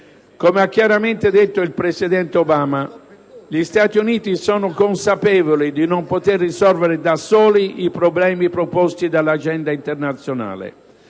Come ha chiaramente detto il presidente Obama, gli Stati Uniti sono consapevoli di non poter risolvere da soli i problemi proposti dall'agenda internazionale.